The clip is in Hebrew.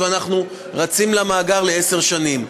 ואנחנו רצים למאגר לעשר שנים,